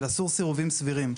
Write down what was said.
שאסור סירובים סבירים.